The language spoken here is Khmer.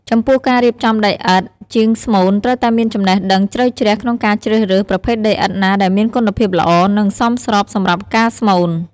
ចំពោះការរៀបចំដីឥដ្ឋ: ជាងស្មូនត្រូវតែមានចំណេះដឹងជ្រៅជ្រះក្នុងការជ្រើសរើស ប្រភេទដីឥដ្ឋណាដែលមានគុណភាពល្អ និងសមស្របសម្រាប់ការស្មូន។